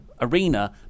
arena